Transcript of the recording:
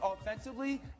offensively